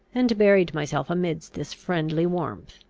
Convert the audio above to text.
and buried myself amidst this friendly warmth.